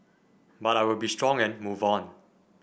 but I will be strong and move on